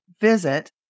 visit